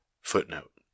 Footnote